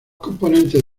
componentes